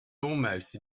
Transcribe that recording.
almost